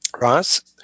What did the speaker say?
Ross